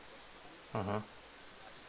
mmhmm